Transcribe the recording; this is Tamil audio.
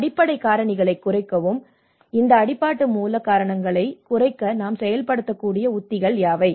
அடிப்படை காரணிகளைக் குறைக்கவும் இந்த அடிப்படை மூல காரணங்களைக் குறைக்க நாம் செயல்படுத்தக்கூடிய உத்திகள் யாவை